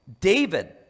David